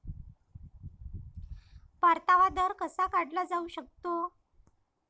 परतावा दर कसा काढला जाऊ शकतो?